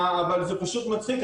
אבל זה פשוט מצחיק.